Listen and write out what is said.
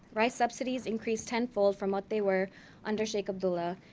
rice subsidies increased tenfold from what they were under sheikh abdullah,